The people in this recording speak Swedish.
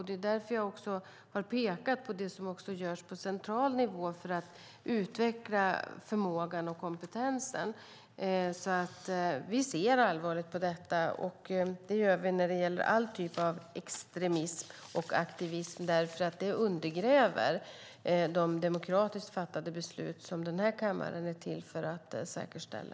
Det är därför som jag har pekat på det som också görs på central nivå för att utveckla förmågan och kompetensen. Vi ser allvarligt på detta. Det gör vi när det gäller all typ av extremism och aktivism eftersom det undergräver de demokratiskt fattade beslut som den här kammaren är till för att säkerställa.